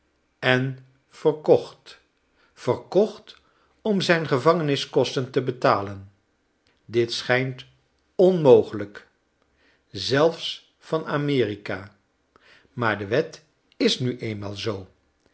en verkocht verkocht om zijn gevangeniskosten te betalen dit schijnt onmogelijk zelfs van amerika maar de wet is nu eenmaal zoo